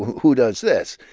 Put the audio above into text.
who does this?